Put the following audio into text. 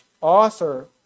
author